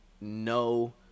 no